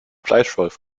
fleischwolf